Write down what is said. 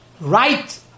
Right